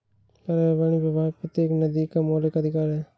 पर्यावरणीय प्रवाह प्रत्येक नदी का मौलिक अधिकार है